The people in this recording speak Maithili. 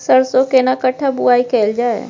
सरसो केना कट्ठा बुआई कैल जाय?